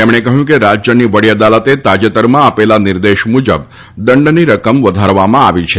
તેમણે કહ્યું કે રાજ્યની વડી અદાલતે તાજેતરમાં આપેલા નિર્દેશ મુજબ દંડની રકમ વધારવામાં આવી છે